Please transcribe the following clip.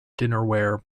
dinnerware